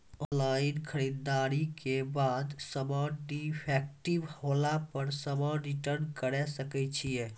Online खरीददारी के बाद समान डिफेक्टिव होला पर समान रिटर्न्स करे सकय छियै?